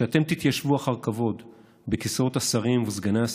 כשאתם תתיישבו אחר כבוד בכיסאות השרים וסגני השרים,